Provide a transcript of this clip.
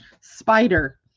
Spider